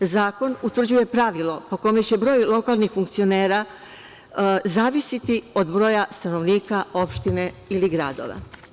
Zakon utvrđuje pravilo po kome će broj lokalnih funkcionera zavisiti od broja stanovnika opštine ili gradova.